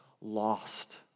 lost